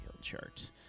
chart